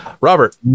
Robert